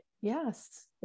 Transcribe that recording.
yes